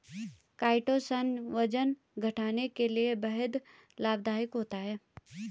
chitosan वजन घटाने के लिए बेहद लाभदायक होता है